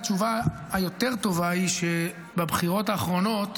התשובה היותר-טובה היא שבבחירות האחרונות,